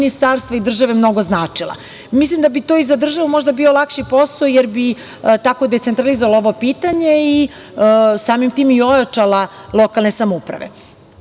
ministarstva i države mnogo značila. To bi i za državu možda bio lakši posao jer bi tako decentralizovala ovo pitanje i samim tim i ojačala lokalne samouprave. Navešću